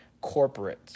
corporate